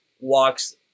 walks